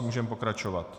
Můžeme pokračovat.